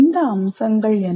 இந்த அம்சங்கள் என்ன